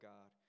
God